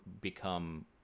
become